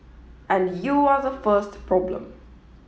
and you are the first problem